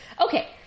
Okay